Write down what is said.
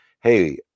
hey